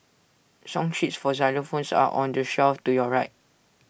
song sheets for xylophones are on the shelf to your right